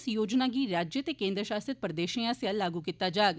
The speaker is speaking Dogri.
इस योजना गी राज्यें ते केन्द्र शासित प्रदेशें आसेआ लागू कीता जाग